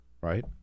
Right